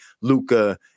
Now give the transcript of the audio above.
Luca